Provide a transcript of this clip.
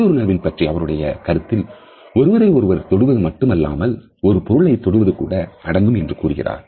தொடு உணர்வு பற்றிய அவருடைய கருத்தில் ஒருவரை ஒருவர் தொடுவது மட்டுமல்லாமல் ஒரு பொருளை தொடுவது கூட அடங்கும் என்று கூறுகிறார்